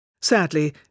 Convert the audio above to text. Sadly